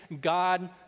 God